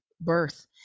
birth